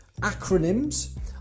acronyms